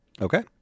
Okay